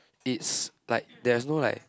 it's like there's no like